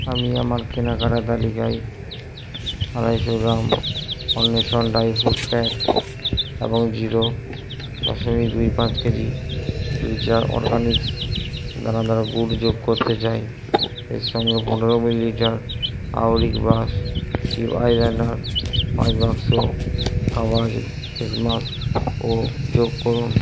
আমি আমার কেনাকাটা তালিকায় আড়াইশো gram Anveshan dry fruit pack এবং জিরো পাঁচশো কেজি পাঁচ কেজি ফিউচার অরগ্যানিক্স দানাদার গুড় যোগ করতে চাই এর সঙ্গে পনেরো millilitre auric brush tip eyeliner পাঁচ বাক্স কাওয়াচ ফেস মাস্ক ও যোগ করুন